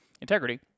integrity